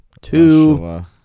Two